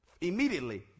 immediately